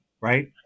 right